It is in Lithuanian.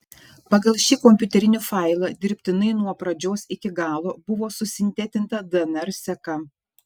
pagal šį kompiuterinį failą dirbtinai nuo pradžios iki galo buvo susintetinta dnr seka